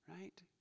right